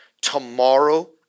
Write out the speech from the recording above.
Tomorrow